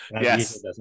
Yes